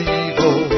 evil